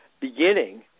beginning